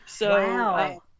Wow